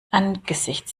angesichts